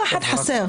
ובזה תסכמי.